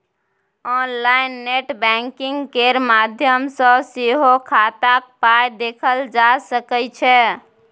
online net banking केर माध्यम सँ सेहो खाताक पाइ देखल जा सकै छै